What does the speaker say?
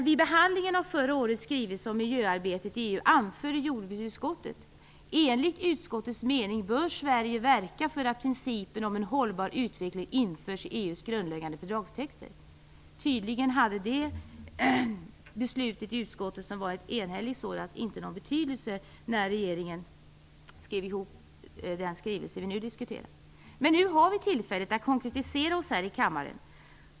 Vid behandlingen av förra årets skrivelse om miljöarbetet i EU anförde emellertid jordbruksutskottet: "Enligt utskottets mening bör Sverige verka för att principen om en hållbar utveckling införs i EU:s grundläggande fördragstexter." Tydligen hade det beslutet i utskottet, som var enhälligt, inte någon betydelse när regeringen utformade den skrivelse som vi nu diskuterar. Nu har vi tillfälle att konkretisera oss här i kammaren.